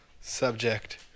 subject